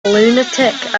lunatic